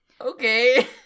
Okay